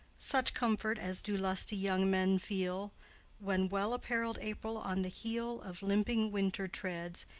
such comfort as do lusty young men feel when well apparell'd april on the heel of limping winter treads,